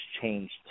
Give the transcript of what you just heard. changed